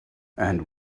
and